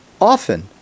often